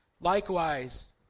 Likewise